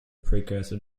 precursor